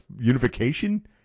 unification